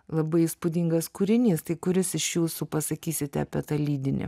labai įspūdingas kūrinys tai kuris iš jūsų pasakysite apie tą lydinį